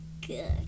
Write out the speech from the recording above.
good